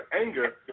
anger